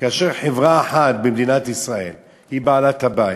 כאשר חברה אחת במדינת ישראל היא בעלת הבית,